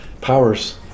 powers